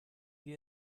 wir